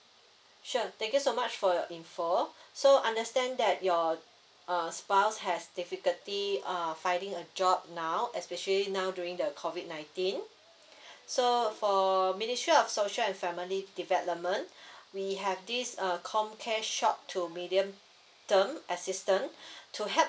sure thank you so much for your info so understand that your uh spouse has difficulty err finding a job now especially now during the COVID nineteen so ministry of social and family development we have this uh com care shop to medium term assistant to help